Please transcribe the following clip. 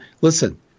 listen